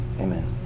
Amen